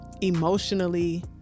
emotionally